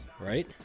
right